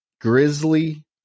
Grizzly